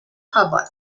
public